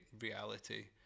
reality